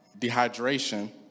dehydration